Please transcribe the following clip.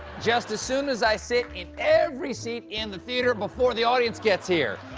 just as soon as i sit in every seat in the theater before the audience gets here.